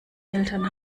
eltern